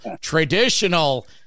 traditional